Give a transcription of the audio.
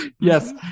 yes